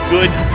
good